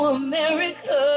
america